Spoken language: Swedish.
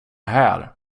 här